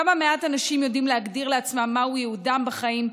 כמה מעט אנשים יודעים להגדיר לעצמם מהו ייעודם בחיים,